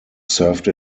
served